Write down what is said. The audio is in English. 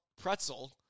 pretzel